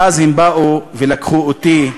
ואז הם באו ולקחו אותי,